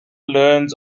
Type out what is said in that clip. learns